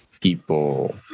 people